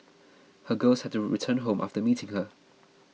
her girls had to return home after meeting her